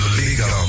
legal